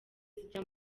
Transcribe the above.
zijya